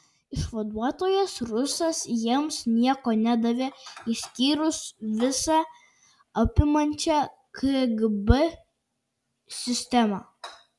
išvaduotojas rusas jiems nieko nedavė išskyrus visa apimančią kgb sistemą